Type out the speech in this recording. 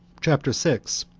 chapter six.